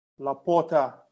Laporta